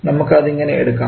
നമുക്ക് അതിങ്ങനെ എടുക്കാം